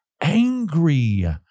angry